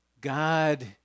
God